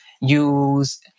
use